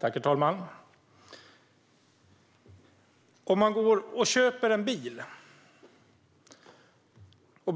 Herr talman! Om man köper en bil och